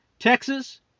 Texas